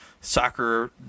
soccer